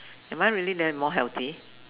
am I really that more healthy